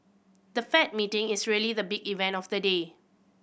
the Fed meeting is really the big event of the day